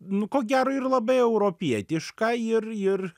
nu ko gero ir labai europietiška ir ir